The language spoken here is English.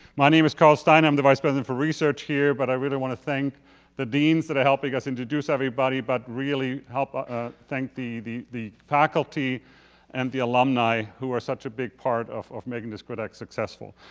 my name is carl steiner, i've um the vice president for research here. but i really wanna thank the deans that are helping us introduce everybody but really help ah thank the the faculty and the alumni. who are such a big part of of making this grit-x like successful.